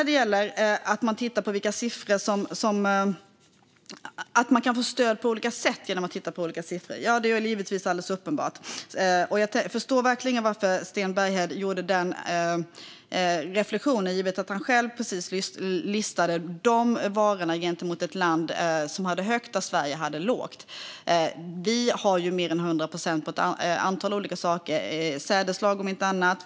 Jag tror faktiskt inte det. Man kan få stöd på olika sätt genom att titta på olika siffror. Det är givetvis alldeles uppenbart. Jag förstår verkligen varför Sten Bergheden gjorde den reflektionen, givet att han själv precis listade de varor där ett visst land hade högt medan Sverige hade lågt. Vi har ju mer än 100 procent på ett antal olika saker, på sädesslag om inte annat.